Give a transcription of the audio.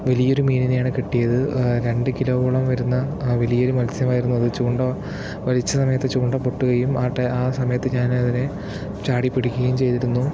വലീയൊരു മീനിനെയാണ് കിട്ടിയത് രണ്ട് കിലോവോളം വരുന്ന ആ വലിയൊരു മത്സ്യമായിരുന്നു അത് ചൂണ്ട വലിച്ച സമയത്ത് ചൂണ്ട പൊട്ടുകയും ആ സമയത്ത് ഞാൻ അതിനെ ചാടി പിടിക്കുകയും ചെയ്തിരുന്നു